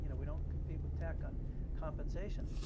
and we don't compete with tech on compensation,